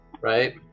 right